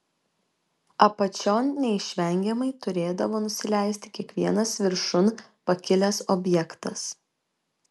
apačion neišvengiamai turėdavo nusileisti kiekvienas viršun pakilęs objektas